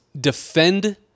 defend